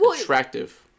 attractive